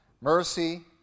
mercy